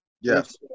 yes